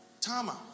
Tama